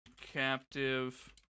captive